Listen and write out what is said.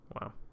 Wow